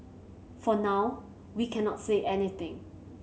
for now we cannot say anything